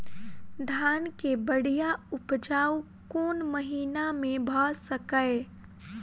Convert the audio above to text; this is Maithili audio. धान केँ बढ़िया उपजाउ कोण महीना मे भऽ सकैय?